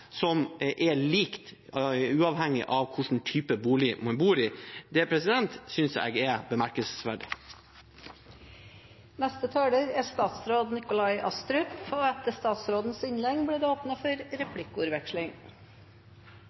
som er lik, uavhengig av hvilken type bolig man bor i. Det synes jeg er bemerkelsesverdig.